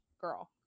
girl